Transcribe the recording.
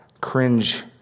cringe